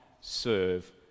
serve